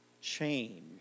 change